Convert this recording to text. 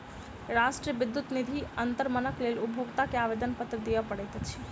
राष्ट्रीय विद्युत निधि अन्तरणक लेल उपभोगता के आवेदनपत्र दिअ पड़ैत अछि